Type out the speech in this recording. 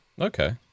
Okay